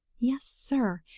yes, sir,